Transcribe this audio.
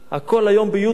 הכול היום ב-YouTube.